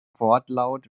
wortlaut